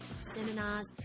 seminars